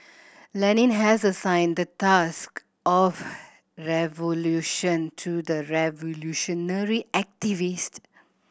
Lenin has assigned the task of revolution to the revolutionary activist